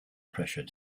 pressure